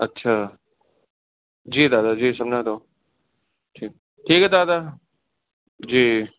अच्छा जी दादा जी सम्झां थो ठी ठीकु आहे दादा जी